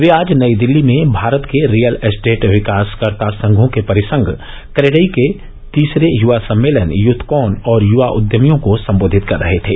वे आज नई दिल्ली में भारत के रियल एस्टेट विकासकर्ता संघों के परिसंघ क्रेडई के तीसरे युवा सम्मेलन यूथकॉन और युवा उद्यमियों को संबोधित कर रहे थे